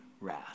wrath